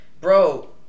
Bro